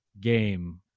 game